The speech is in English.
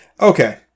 Okay